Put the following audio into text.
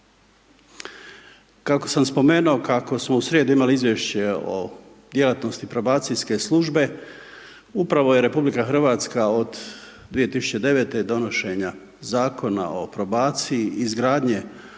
Kako sam spomenuo kako smo u srijedu imali Izvješće o djelatnosti probacijske službe upravo je RH od 2009. i donošenja Zakona o probaciji, izgradnje